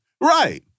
Right